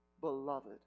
beloved